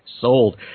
sold